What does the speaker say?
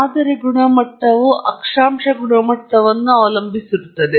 ಮಾದರಿ ಗುಣಮಟ್ಟವು ಅವಿಭಾಜ್ಯ ಮಿತಿಯನ್ನು ಅಕ್ಷಾಂಶ ಗುಣಮಟ್ಟವನ್ನು ಅವಲಂಬಿಸಿರುತ್ತದೆ